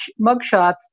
mugshots